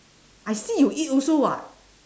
I see you eat also [what]